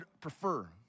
prefer